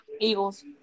Eagles